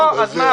לא, אז מה?